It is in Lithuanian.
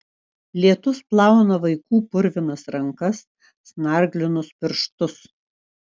lietus plauna vaikų purvinas rankas snarglinus pirštus